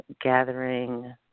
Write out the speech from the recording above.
gathering